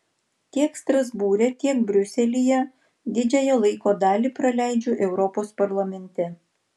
tiek strasbūre tiek briuselyje didžiąją laiko dalį praleidžiu europos parlamente